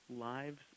lives